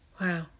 Wow